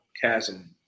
chasm